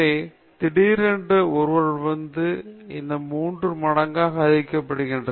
எனவே திடீரென ஒருவரிடமிருந்து இது மூன்று மடங்காக அதிகரிக்கப்பட்டுள்ளது